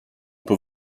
peut